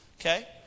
okay